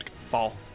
fall